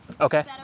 okay